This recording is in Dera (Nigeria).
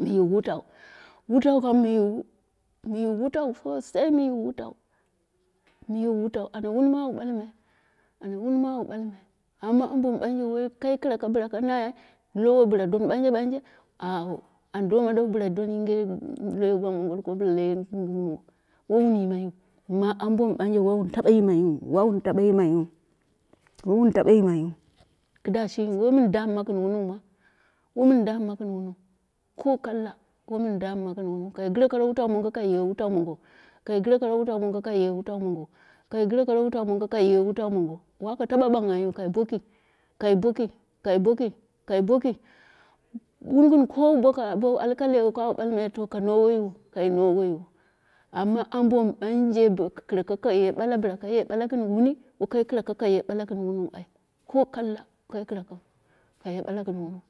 Muye wutau, wutau kam, mu yiwu mu yiwu wutau sosai mu yiwu wutau, mu yiwu wutau, ana wuni ma ale balmai, ana wuni ma au balmai. Amma ambo ma banje wakai kɨraka ka na ye bɨla doni ɓanje ɓanje awo an doma dai bila doni dai howo boa al kobo gwetr yiwo, wowun yimai wu, amma ambo mu banje au taba yimaiu au tabe yimaiu, au tabe yimaiu kida shimi wai min damma gɨn wumiu, womin damma gɨn wuniu ko kalla wai min damma gɨn wamiu bo yeni kai gɨre karo wutau mogo kai gɨre kara wutau mongo kaiye wutuu mongo, kai gire laap wutau mongo kaiye wutau mogo waka taba bungwu kai boki kai boki, kai boki, kai boki wun gɨn koni bou alli la lehheka au balmai to ka noughe yiwo kai noughe yiwo, amma ambo mi banje boka kiraka ka ye bala bɨla kuye bala gɨn wuni, wakai kiraka kaye bala gɨn wunin ai ko kalla wakai kɨrakau, kaye bula gɨn wuniu,